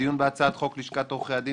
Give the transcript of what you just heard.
לדיון בהצעת חוק לשכת עורכי הדין,